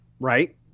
Right